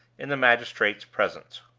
in the magistrate's presence.